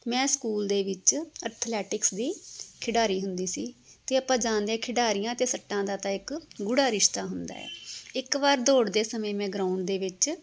ਮੈਂ ਸਕੂਲ ਦੇ ਵਿੱਚ ਐਥਲੈਟਿਕਸ ਦੀ ਖਿਡਾਰੀ ਹੁੰਦੀ ਸੀ ਅਤੇ ਆਪਾਂ ਜਾਣਦੇ ਹਾਂ ਖਿਡਾਰੀਆਂ ਅਤੇ ਸੱਟਾਂ ਦਾ ਤਾਂ ਇੱਕ ਗੂੜਾ ਰਿਸ਼ਤਾ ਹੁੰਦਾ ਹੈ ਇੱਕ ਵਾਰ ਦੌੜਦੇ ਸਮੇਂ ਮੈਂ ਗਰਾਊਂਡ ਦੇ ਵਿੱਚ